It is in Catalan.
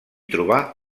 trobà